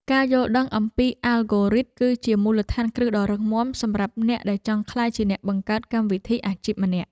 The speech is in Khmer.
ការយល់ដឹងអំពីអាល់ហ្គោរីត គឺជាមូលដ្ឋានគ្រឹះដ៏រឹងមាំសម្រាប់អ្នកដែលចង់ក្លាយជាអ្នកបង្កើតកម្មវិធីអាជីពម្នាក់។